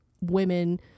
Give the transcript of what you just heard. women